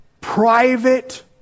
private